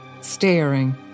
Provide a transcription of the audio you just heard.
staring